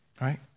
right